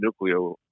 nuclear